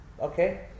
okay